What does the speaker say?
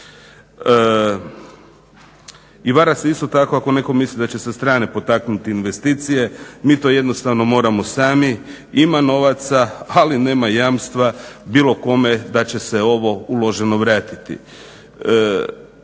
I vara se isto tako ako netko misli da će se strane potaknuti investicije. Mi to jednostavno moramo sami, ima novaca, ali nema jamstva bilo kome da će se ovo uloženo vratiti.